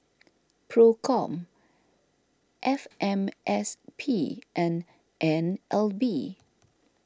Procom F M S P and N L B